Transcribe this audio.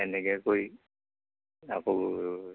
এনেকৈ কৰি আকৌ